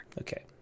Okay